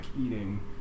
eating